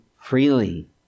freely